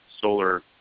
solar